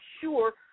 sure